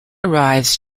arrives